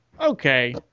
okay